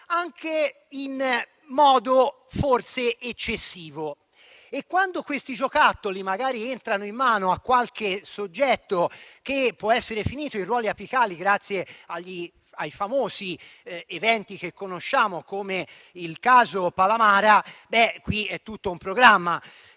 in modo forse eccessivo. E quando questi giocattoli magari arrivano in mano a qualche soggetto che può essere finito in ruoli apicali grazie ai famosi eventi che conosciamo, come il caso Palamara, è tutto un programma.